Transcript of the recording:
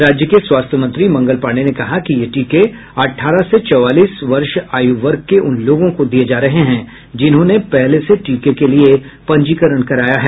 राज्य के स्वास्थ्य मंत्री मंगल पाण्डेय ने कहा कि ये टीके अठारह से चौवालीस वर्ष आयु वर्ग के उन लोगों को दिये जा रहे हैं जिन्होंने पहले से टीके के लिए पंजीकरण कराया है